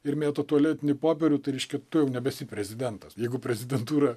ir mėto tualetinį popierių tai reiškia tu jau nebesi prezidentas jeigu prezidentūrą